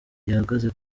gihagaze